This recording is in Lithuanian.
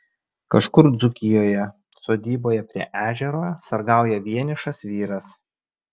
kažkur dzūkijoje sodyboje prie ežero sargauja vienišas vyras